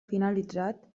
finalitzat